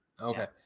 okay